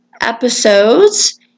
episodes